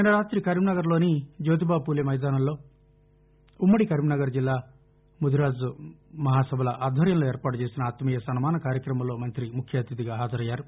నిన్న రాతి కరీంనగర్లోని జ్యోతిబా పూలే మైదానంలో ఉమ్మది కరీంనగర్ జిల్లా ముదిరాజ్ మహా సభల ఆధ్వర్యంలో ఏర్పాటు చేసిన ఆత్మీయ సన్నాన కార్యక్రమంలో మంతి ముఖ్య అతిథిగా హజరయ్యారు